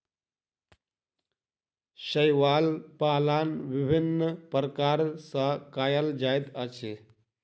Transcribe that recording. शैवाल पालन विभिन्न प्रकार सॅ कयल जाइत अछि